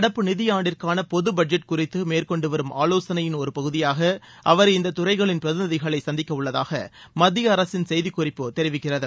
நடப்பு நிதியாண்டிற்கான பொது பட்ஜெட் குறித்து மேற்கொண்டுவரும் ஆவோசனையின் ஒருபகுதியாக அவர் இந்த துறைகளின் பிரதிநிதிகளை சந்திக்கவுள்ளதாக மத்திய அரசின் செய்திக்குறிப்பு தெரிவிக்கிறது